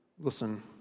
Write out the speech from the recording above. Listen